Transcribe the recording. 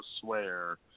swear